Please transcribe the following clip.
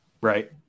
Right